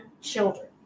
children